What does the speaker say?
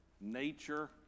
nature